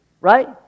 right